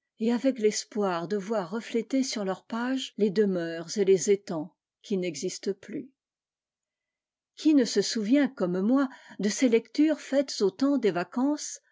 et avec l'espoir de voir reflétés sur leurs pages les demeures et les étangs qui n'existent plus qui ne se souvient comme moi de ces lectures faites au temps des vacances